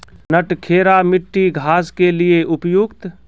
नटखेरा मिट्टी घास के लिए उपयुक्त?